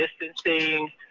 distancing